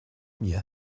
mir